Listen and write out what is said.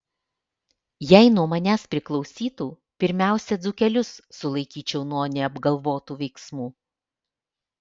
jei nuo manęs priklausytų pirmiausia dzūkelius sulaikyčiau nuo neapgalvotų veiksmų